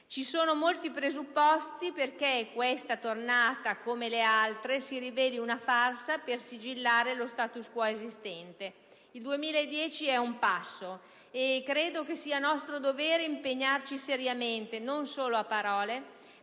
Ci sono molti presupposti perché questa tornata, come le altre, si riveli una farsa per sigillare lo *status quo*. Il 2010 è ad un passo e credo sia nostro dovere impegnarci veramente, non solo a parole,